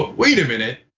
wait a minute,